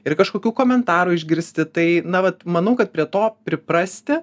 ir kažkokių komentarų išgirsti tai na vat manau kad prie to priprasti